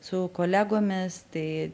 su kolegomis tai